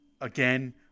again